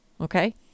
Okay